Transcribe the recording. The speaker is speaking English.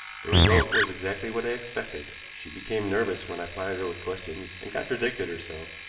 the result was exactly what i expected. she became nervous when i plied her with questions, and contradicted herself,